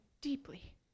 deeply